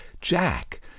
Jack